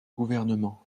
gouvernement